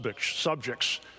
subjects